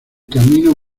camino